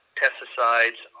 pesticides